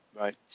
Right